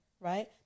right